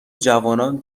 جوانان